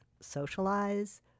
socialize